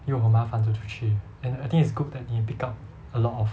又很麻烦 to 出去 and I think it's good that 你 pick up a lot of